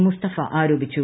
മുസ്തഫ ആരോപിച്ചു